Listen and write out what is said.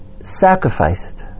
sacrificed